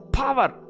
power